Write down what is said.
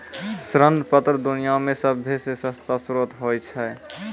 ऋण पत्र दुनिया मे सभ्भे से सस्ता श्रोत होय छै